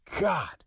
God